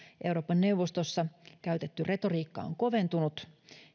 euroopan neuvostossa käytetty retoriikka on koventunut